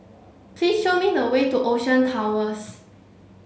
please show me the way to Ocean Towers